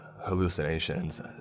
hallucinations